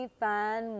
fan